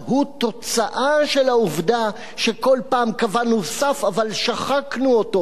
הוא תוצאה של העובדה שכל פעם קבענו סף אבל שחקנו אותו.